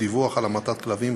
דיווח על המתת כלבים),